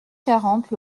quarante